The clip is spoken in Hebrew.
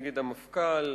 נגד המפכ"ל,